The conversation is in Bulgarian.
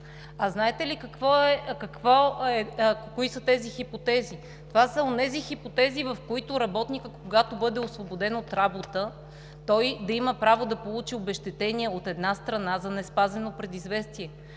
4. Знаете ли кои са тези хипотези? Това са онези хипотези, в които, когато работникът бъде освободен от работа, той да има право да получи обезщетение – от една страна, за неспазено предизвестие,